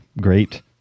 great